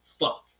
Fuck